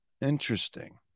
Interesting